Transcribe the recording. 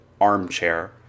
Armchair